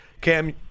Cam